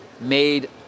made